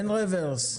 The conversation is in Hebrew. אין רברס.